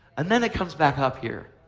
and then it comes back up here.